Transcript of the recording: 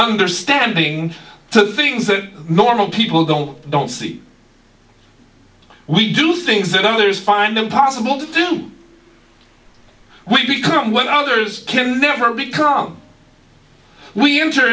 understanding to things that normal people don't don't see we do things that others find impossible to do we become what others can never become we enter